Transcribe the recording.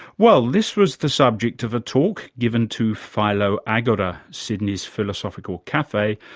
well, this was the subject of a talk given to philo agora, sydney's philosophical cafe,